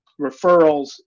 referrals